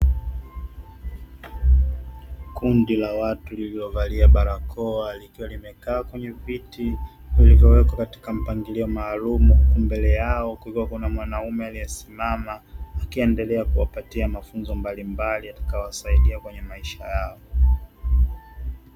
Kundi la watu lililovaa barakoa, likiwa limekaa kwenye viti vilivyowekwa katika mpangilio maalum, huku mbele yao kukiwa na mwanaume aliyesimama, akiendelea kuwapatia mafunzo mbalimbali yatakayowasaidia kwenye maisha yao.